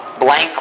Blank